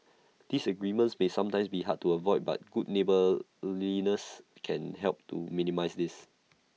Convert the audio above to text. disagreements may sometimes be hard to avoid but good neighbourliness can help to minimise this